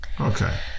Okay